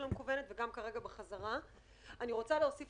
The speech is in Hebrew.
להוסיף